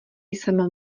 jsem